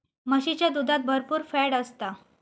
म्हशीच्या दुधात भरपुर फॅट असता